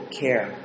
care